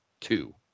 Two